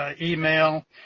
email